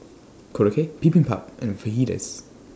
Korokke Bibimbap and Fajitas